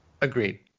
Agreed